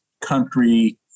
country